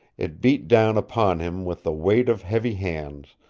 it beat down upon him with the weight of heavy hands,